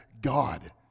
God